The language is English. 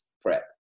prep